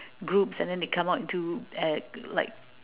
groups and then they come out into uh like